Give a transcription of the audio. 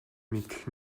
мэдэх